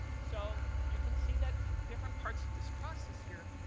so you can see that from different parts of this process here,